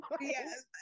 Yes